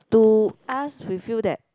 to us we feel that